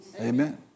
Amen